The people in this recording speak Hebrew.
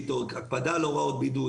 הקפדה על הוראות בידוד,